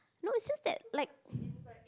no it's just that like